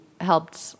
helped